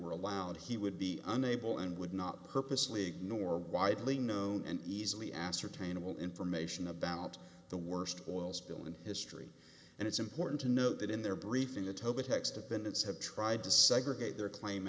were allowed he would be unable and would not purposely ignore widely known and easily ascertainable information about the worst oil spill in history and it's important to note that in their briefing the toba text have been its have tried to segregate their claim